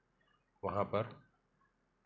वहाँ पर